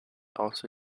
also